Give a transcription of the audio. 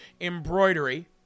Embroidery